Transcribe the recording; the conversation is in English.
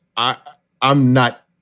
i'm i'm not.